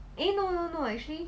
eh no no no actually